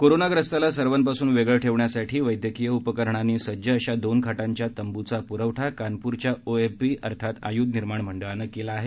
कोरोनाग्रस्ताला सर्वांपासून वेगळे ठेवण्यासाठी वैद्यकीय उपकरणांनी सज्ज अशा दोन खाटांच्या तंबूंचा पुरवठा कानपूरच्या ओएफबी अर्थात आयुध निर्माण मंडळानं केला आहे